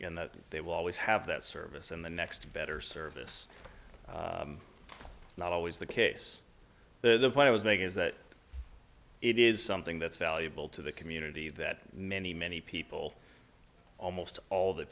and that they will always have that service and the next better service not always the case the point i was making is that it is something that's valuable to the community that many many people almost all the